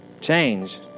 change